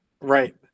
Right